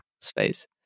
space